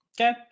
Okay